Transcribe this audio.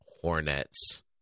hornets